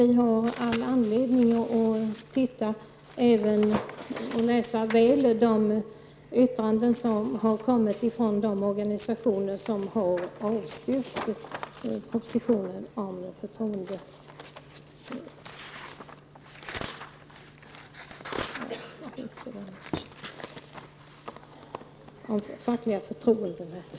Vi har all anledning att även läsa de yttranden som kommer från de organisationer som har avstyrkt propositionen om fackliga förtroendemän.